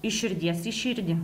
iš širdies į širdį